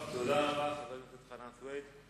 תודה רבה לחבר הכנסת חנא סוייד.